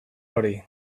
hori